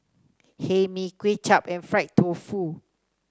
Hae Mee Kuay Chap and Fried Tofu